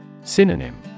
Synonym